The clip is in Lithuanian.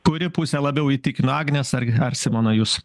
kuri pusė labiau įtikino agnės ar ar simono jus